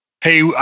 hey